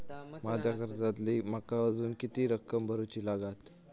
माझ्या कर्जातली माका अजून किती रक्कम भरुची लागात?